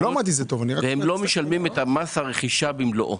והם לא משלמים את מס הרכישה במלואו.